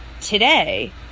today